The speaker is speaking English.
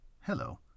Hello